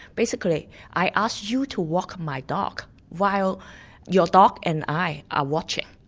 basically i ask you to walk my dog while your dog and i are watching.